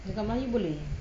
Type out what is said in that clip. cakap melayu boleh